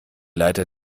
leiter